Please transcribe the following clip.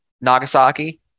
Nagasaki